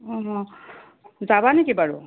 অঁ যাবা নেকি বাৰু